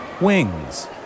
wings